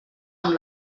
amb